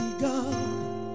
God